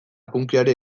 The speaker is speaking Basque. punkyari